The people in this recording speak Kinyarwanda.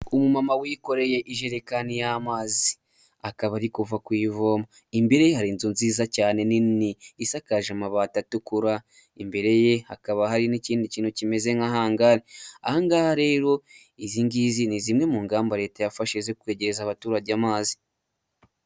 Umu mama wikoreye ijerekani y'amazi, akaba ari kuva kuyivoma. Imbere ye hari inzu nziza cyane nini, isakaje amabati atukura. Imbere ye hakaba hari n'ikindi kintu kimeze nka hangari. Aha ngaha rero izi ngizi ni zimwe mu ngamba leta yafashe zo kwegereza abaturage amazi.